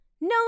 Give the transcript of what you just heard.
No